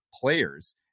players